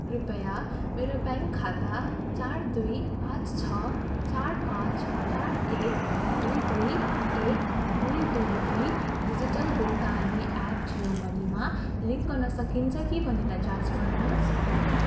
कृपया मेरो ब्याङ्क खाता चार दुई पाँच छ चार पाँच चार एक दुई दुई एक दुई दुई दुई डिजिटल भुक्तानी एप जियो मनीमा लिङ्क गर्न सकिन्छ कि भनेर जाँच गर्नुहोस्